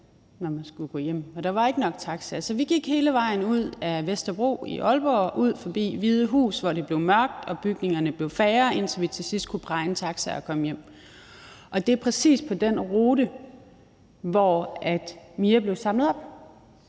når man skulle gå hjem, og der var ikke nok taxaer. Så vi gik hele vejen ud ad Vesterbro i Aalborg og ud forbi Hotel Hvide Hus, hvor det blev mørkt og bygningerne blev færre, indtil vi sidst kunne praje en taxa og komme hjem. Og det var præcis på den rute, at Mia blev samlet op,